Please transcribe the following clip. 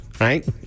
Right